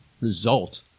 result